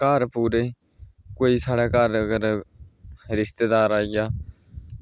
घर पूरे कोई साढ़े घर अगर रिश्तेदार आई जा